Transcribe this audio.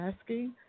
asking